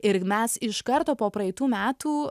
ir mes iš karto po praeitų metų